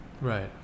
Right